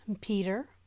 Peter